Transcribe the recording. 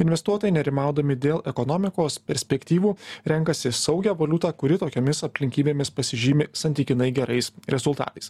investuotojai nerimaudami dėl ekonomikos perspektyvų renkasi saugią valiutą kuri tokiomis aplinkybėmis pasižymi santykinai gerais rezultatais